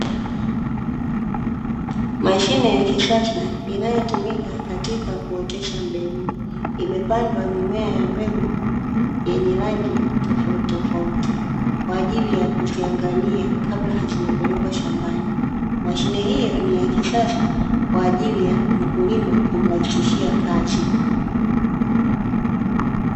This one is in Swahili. Mashine ya kisasa inayotumika katika kuotesha mbegu, imepandwa mimea ya mbegu yenye rangi tofautitofauti kwa ajili ya kuziangalia kabla hazija pelekwa shambani. Mashine hiyo ni ya kisasa kwa ajili ya mkulima kumrahisishia kazi.